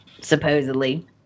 supposedly